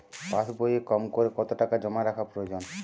পাশবইয়ে কমকরে কত টাকা জমা রাখা প্রয়োজন?